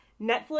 Netflix